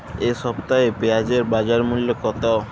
এ সপ্তাহে পেঁয়াজের বাজার মূল্য কত?